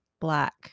black